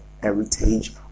heritage